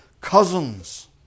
cousins